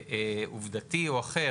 עובדתי או אחר